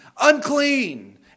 Unclean